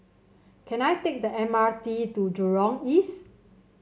can I take the M R T to Jurong East